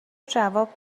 جواب